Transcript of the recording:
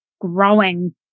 growing